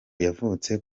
yavutse